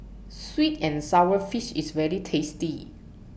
Sweet and Sour Fish IS very tasty